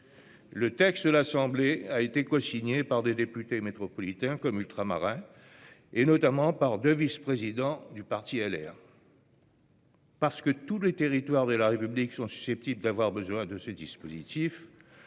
Le texte de l'Assemblée nationale avait été cosigné par des députés métropolitains comme ultramarins, notamment par deux vice-présidents du parti Les Républicains. Parce que tous les territoires de la République sont susceptibles d'avoir besoin de ce dispositif,